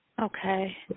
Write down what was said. Okay